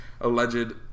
alleged